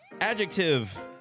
Adjective